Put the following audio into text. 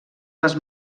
les